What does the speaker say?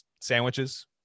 sandwiches